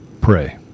pray